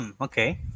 Okay